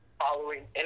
following